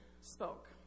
spoke